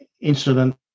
incident